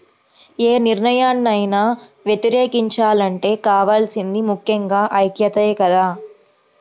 యే నిర్ణయాన్నైనా వ్యతిరేకించాలంటే కావాల్సింది ముక్కెంగా ఐక్యతే కదా